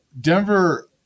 Denver